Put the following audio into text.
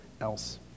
else